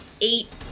eight